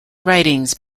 writings